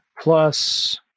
plus